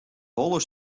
holle